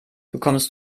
bekommst